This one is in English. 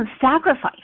sacrifice